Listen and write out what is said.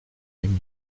мнения